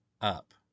up